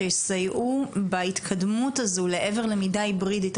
שיסייעו בהתקדמות הזאת לעבר למידה היברידית.